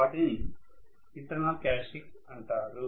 వాటిని internal characteristics అంటారు